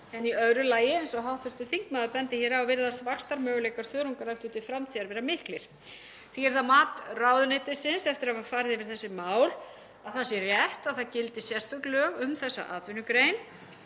En í öðru lagi, eins og hv. þingmaður bendir hér á, virðast vaxtarmöguleikar þörungaræktunar til framtíðar vera miklir. Því er það mat ráðuneytisins eftir að hafa farið yfir þessi mál að það sé rétt að það gildi sérstök lög um þessa atvinnugrein.